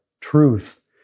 truth